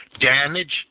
damage